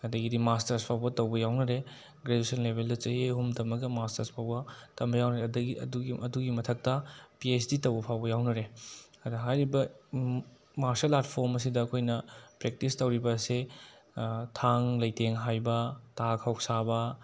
ꯑꯗꯒꯤꯗꯤ ꯃꯥꯁꯇꯔꯁ ꯐꯥꯎꯕ ꯇꯧꯕ ꯌꯥꯎꯅꯔꯦ ꯒ꯭ꯔꯦꯖ꯭ꯌꯨꯑꯦꯁꯟ ꯂꯦꯚꯦꯜꯗ ꯆꯍꯤ ꯑꯍꯨꯝ ꯇꯝꯃꯒ ꯃꯥꯁꯇꯔꯁ ꯐꯥꯎꯕ ꯇꯝꯕ ꯌꯥꯎꯅꯔꯦ ꯑꯗꯒꯤ ꯑꯗꯨꯒꯤ ꯑꯗꯨꯒꯤ ꯃꯊꯛꯇ ꯄꯤ ꯍꯩꯆ ꯗꯤ ꯇꯧꯕ ꯐꯥꯎꯕ ꯌꯥꯎꯅꯔꯦ ꯑꯗꯨꯅ ꯍꯥꯏꯔꯤꯕ ꯃꯥꯔꯁꯤꯌꯦꯜ ꯑꯥꯔꯠꯐꯣꯝ ꯑꯁꯤꯗ ꯑꯩꯈꯣꯏꯅ ꯄ꯭ꯔꯦꯛꯇꯤꯁ ꯇꯧꯔꯤꯕ ꯑꯁꯦ ꯊꯥꯡ ꯂꯩꯇꯦꯡ ꯍꯥꯏꯕ ꯇꯥ ꯈꯧꯁꯥꯕ